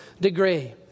degree